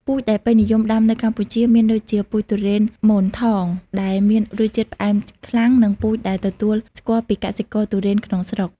ពូជដែលពេញនិយមដាំនៅកម្ពុជាមានដូចជា ពូជទុរេនម៉ូនថង ដែលមានរសជាតិផ្អែមខ្លាំង និងពូជដែលទទួលស្គាល់ពីកសិករទុរេនក្នុងស្រុក។